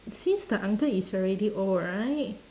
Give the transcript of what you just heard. since the uncle is already old right